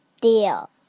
deal